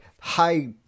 high-